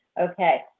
Okay